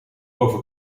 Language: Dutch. over